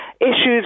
issues